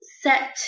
set